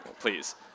Please